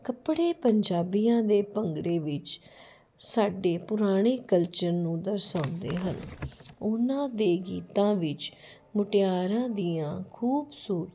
ਕੱਪੜੇ ਪੰਜਾਬੀਆਂ ਦੇ ਭੰਗੜੇ ਵਿੱਚ ਸਾਡੇ ਪੁਰਾਣੇ ਕਲਚਰ ਨੂੰ ਦਰਸਾਉਂਦੇ ਹਨ ਉਹਨਾਂ ਦੇ ਗੀਤਾਂ ਵਿੱਚ ਮੁਟਿਆਰਾਂ ਦੀਆਂ ਖੂਬਸੂਰਤ